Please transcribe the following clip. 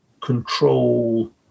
control